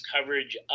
coverage